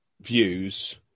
views